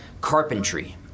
carpentry